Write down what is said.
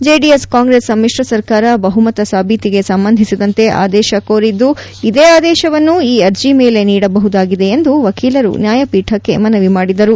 JDS Congress ಸಮ್ಮಿಶ್ರ ಸರ್ಕಾರ ಬಹುಮತ ಸಾಭೀತಿಗೆ ಸಂಬಂಧಿಸಿದಂತೆ ಆದೇಶ ಕೋರಿದ್ದು ಇದೇ ಆದೇಶವನ್ನು ಈ ಅರ್ಜಿ ಮೇಲೆ ನೀಡಬಹುದಾಗಿದೆ ಎಂದು ವಕೀಲರು ನ್ಯಾಯಪೀಠಕ್ಕೆ ಮನವಿ ಮಾಡಿದರು